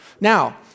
Now